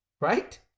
right